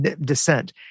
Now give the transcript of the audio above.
descent